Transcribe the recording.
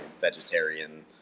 vegetarian